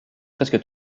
presque